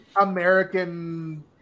American